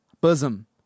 bosom